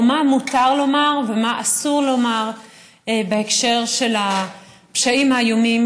או מה מותר לומר ומה אסור לומר בהקשר של הפשעים האיומים